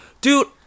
Dude